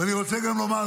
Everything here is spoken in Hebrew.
ואני רוצה גם לומר,